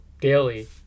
daily